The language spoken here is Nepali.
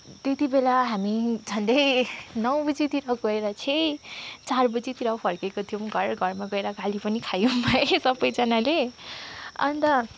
त्यति बेला हामी झन्डै नौ बजीतिर गएर चाहिँ चार बजीतिर फर्किएका थियौँ घर घरमा गएर गाली पनि खायौँ है सबैजनाले अन्त